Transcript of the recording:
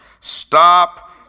stop